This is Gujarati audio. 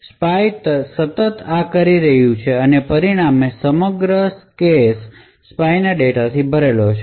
સ્પાય સતત આ કરી રહ્યું છે અને પરિણામે સમગ્ર કેશ સ્પાય ડેટાથી ભરેલો છે